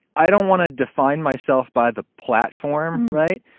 i don't want to define myself by the platform. right.